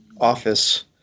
office